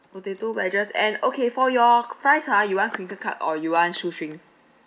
potato wedges and okay for your fries ah you want crinkle cut or you want shoestring